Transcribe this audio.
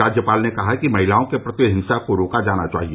राज्यपाल ने कहा कि महिलाओं के प्रति हिंसा को रोका जाना चाहिए